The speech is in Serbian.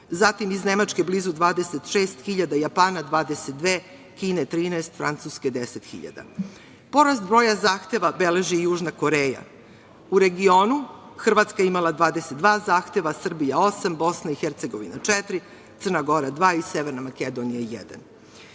zatim iz Nemačke, blizu 26.000, iz Japana 22.000, iz Kine 13.000 i iz Francuske 10.000. Porast broja zahteva beleži i Južna Koreja. U regionu Hrvatska je imala 22 zahteva, Srbija osam, Bosna i Hercegovina četiri, Crna Gora dva i Severna Makedonija